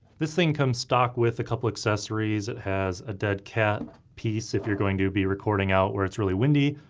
this thing comes stocked with couple accessories. it has a deadcat piece if you're going to be recording out where it's really windy,